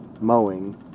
mowing